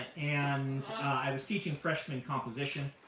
and i was teaching freshman composition,